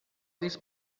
these